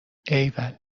ایول